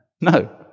No